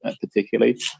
particularly